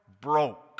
broke